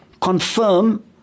confirm